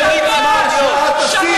אין לך את היכולת,